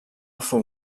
fou